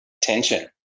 tension